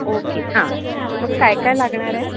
okay हां मग काय काय लागणार आहे